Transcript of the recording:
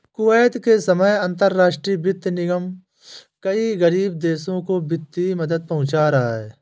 Kuwait के समय अंतरराष्ट्रीय वित्त निगम कई गरीब देशों को वित्तीय मदद पहुंचा रहा है